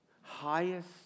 highest